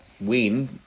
win